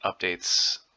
updates